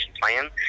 plan